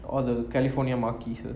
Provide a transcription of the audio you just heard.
or the california maki sir